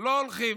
לא הולכים.